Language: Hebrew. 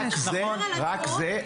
רק זה?